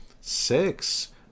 Six